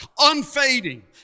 unfading